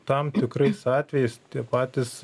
tam tikrais atvejais tie patys